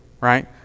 right